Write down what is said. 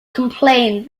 complained